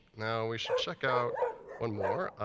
now we should check out one more.